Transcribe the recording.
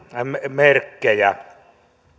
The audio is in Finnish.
merkkejä